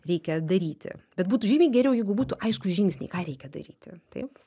reikia daryti bet būtų žymiai geriau jeigu būtų aiškūs žingsniai ką reikia daryti taip